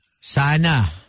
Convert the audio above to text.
sana